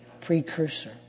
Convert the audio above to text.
precursor